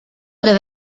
deve